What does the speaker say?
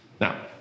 Now